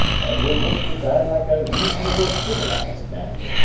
and would wish to die like a reasonable civilized man.